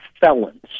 felons